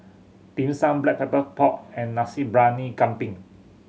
Dim Sum Black Pepper Pork and Nasi Briyani Kambing